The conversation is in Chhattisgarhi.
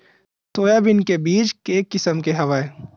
सोयाबीन के बीज के किसम के हवय?